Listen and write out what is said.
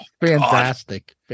fantastic